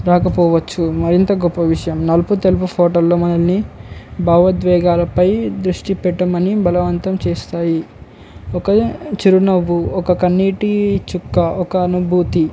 రాకపోవచ్చు మరింత గొప్ప విషయం నలుపు తలుపు ఫోటోల్లో మనలని భావోద్వేగాలపై దృష్టి పెట్టమని బలవంతం చేస్తాయి ఒక చిరునవ్వు ఒక కన్నీటి చుక్క ఒక అనుభూతి